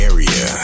Area